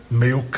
meio